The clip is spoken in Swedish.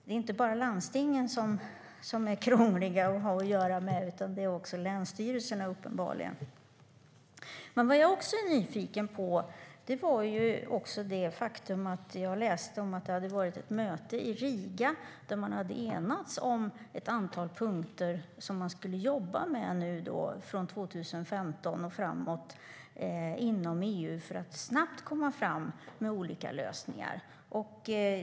Det är inte bara landstingen som är krångliga att ha att göra med utan uppenbarligen även länsstyrelserna. Jag är också nyfiken på det faktum att vid ett möte i Riga har man enats om att jobba med ett antal punkter från 2015 och framåt inom EU för att snabbt komma fram med olika lösningar.